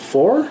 Four